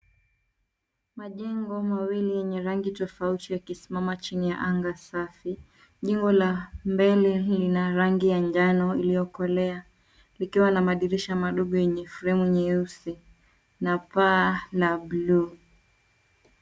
Majengo mawili yenye rangi tofauti yakisimama chini ya anga safi. Jengo la mbele lina rangi ya njano iliyokolea likiwa na madirisha madogo yenye fremu nyeusi na paa la blue .